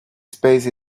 space